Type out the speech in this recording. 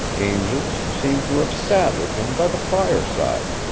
angels seemed to have sat with him by the fireside